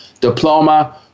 diploma